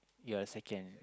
you are second